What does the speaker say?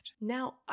Now